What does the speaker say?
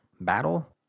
battle